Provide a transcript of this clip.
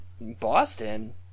Boston